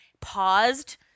paused